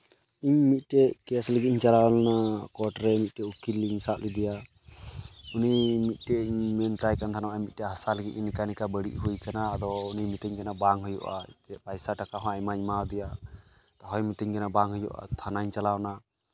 ᱤᱧ ᱢᱤᱫᱴᱮᱡ ᱠᱮᱥ ᱞᱟᱹᱜᱤᱫ ᱤᱧ ᱪᱟᱞᱟᱣ ᱞᱮᱱᱟ ᱠᱳᱨᱴ ᱨᱮ ᱢᱤᱫᱴᱤᱡ ᱩᱠᱤᱞ ᱤᱧ ᱥᱟᱵ ᱞᱮᱫᱮᱭᱟ ᱩᱱᱤ ᱢᱤᱫᱴᱮᱡ ᱤᱧ ᱢᱮᱛᱟᱭ ᱠᱟᱱ ᱛᱟᱦᱮᱸ ᱱᱚᱜᱼᱚᱸᱭ ᱢᱤᱫᱴᱮᱡ ᱦᱟᱥᱟ ᱞᱟᱹᱜᱤᱫ ᱤᱧ ᱱᱤᱝᱠᱟ ᱱᱤᱝᱠᱟ ᱵᱟᱹᱲᱤᱡ ᱦᱩᱭ ᱠᱟᱱᱟ ᱟᱫᱚ ᱩᱱᱤ ᱢᱤᱛᱟᱹᱧ ᱠᱟᱱᱟᱭ ᱵᱟᱝ ᱦᱩᱭᱩᱜᱼᱟ ᱯᱚᱭᱥᱟ ᱴᱟᱠᱟ ᱦᱚᱸ ᱟᱭᱢᱟᱧ ᱮᱢᱟ ᱫᱮᱭᱟ ᱛᱟᱹᱦᱩᱭ ᱢᱮᱛᱟᱹᱧ ᱠᱟᱱᱟ ᱵᱟᱝ ᱦᱩᱭᱩᱜᱼᱟ ᱛᱷᱟᱱᱟᱧ ᱪᱟᱞᱟᱣᱱᱟ